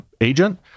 agent